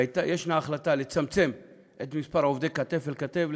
ויש החלטה לצמצם את מספר עובדי כתף אל כתף.